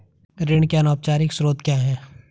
ऋण के अनौपचारिक स्रोत क्या हैं?